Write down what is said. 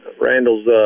Randall's